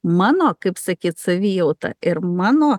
mano kaip sakyt savijauta ir mano